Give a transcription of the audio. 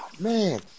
Man